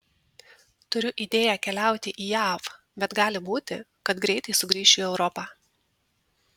turiu idėją keliauti į jav bet gali būti kad greitai sugrįšiu į europą